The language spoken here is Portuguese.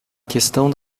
questão